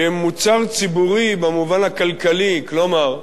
שהם מוצר ציבורי במובן הכלכלי, כלומר,